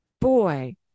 boy